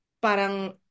parang